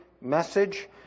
message